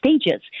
stages